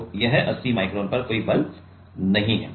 तो वह 80 माइक्रोन पर कोई बल नहीं है